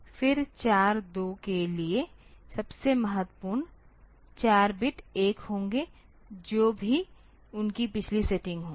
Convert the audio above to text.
फिर 4 2 के लिए सबसे महत्वपूर्ण 4 बिट 1 होंगे जो भी उनकी पिछली सेटिंग होगी